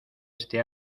este